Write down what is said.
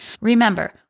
Remember